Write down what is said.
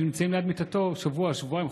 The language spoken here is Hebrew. שנמצאים ליד מיטתו שבוע-שבועיים,